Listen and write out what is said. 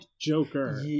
Joker